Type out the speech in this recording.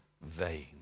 vain